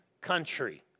country